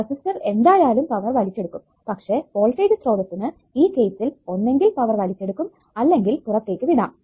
resistor എന്തായാലും power വലിച്ചെടുക്കും പക്ഷെ വോൾടേജ് സ്രോതസ്സിനു ഈ കേസ്സിൽ ഒന്നെങ്കിൽ പവർ വലിച്ചെടുക്കും അല്ലെങ്കിൽ പുറത്തേക്ക് വിടാം